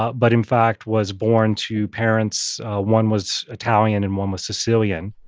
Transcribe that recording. but but in fact was born to parents one was italian, and one was sicilian